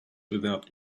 without